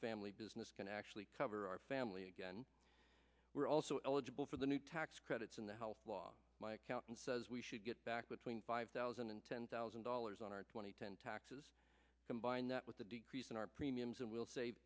family business can actually cover our family again we're also eligible for the new tax credits in the health law my accountant says we should get back with twenty five thousand and ten thousand dollars on our two thousand and ten taxes combine that with the decrease in our premiums and will sa